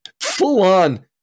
full-on